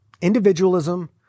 Individualism